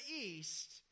east